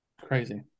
crazy